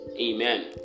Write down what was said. Amen